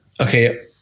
okay